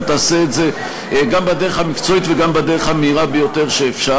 ותעשה את זה גם בדרך המקצועית וגם בדרך המהירה ביותר שאפשר.